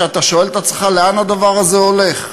אתה שואל את עצמך לאן הדבר הזה הולך.